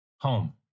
home